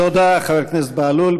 תודה, חבר הכנסת בהלול.